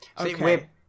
okay